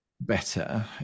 better